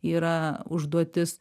yra užduotis